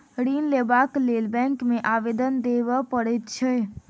ऋण लेबाक लेल बैंक मे आवेदन देबय पड़ैत छै